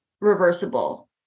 reversible